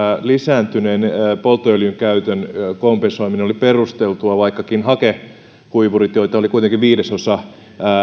lisääntyneen polttoöljyn käytön kompensoiminen oli perusteltua vaikkakin hakekuivurit joita oli kuitenkin viidesosa